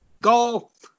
golf